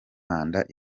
manda